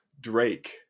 Drake